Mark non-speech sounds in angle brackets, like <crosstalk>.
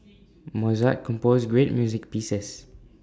<noise> Mozart composed great music pieces